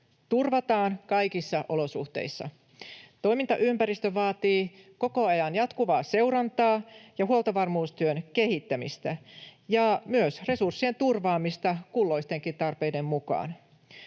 turvataan kaikissa olosuhteissa. Toimintaympäristö vaatii koko ajan jatkuvaa seurantaa ja huoltovarmuustyön kehittämistä ja myös resurssien turvaamista kulloistenkin tarpeiden mukaan.